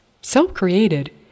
self-created